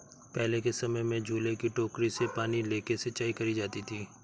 पहले के समय में झूले की टोकरी से पानी लेके सिंचाई करी जाती थी